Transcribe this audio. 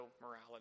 morality